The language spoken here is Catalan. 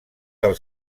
del